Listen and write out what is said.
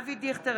אבי דיכטר,